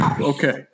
Okay